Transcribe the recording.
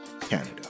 canada